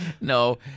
No